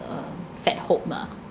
um fat hope mah